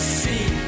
see